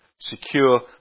secure